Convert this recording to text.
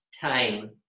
time